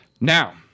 Now